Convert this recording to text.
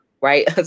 Right